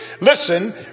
listen